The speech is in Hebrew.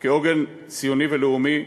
כעוגן ציוני ולאומי: